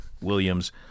Williams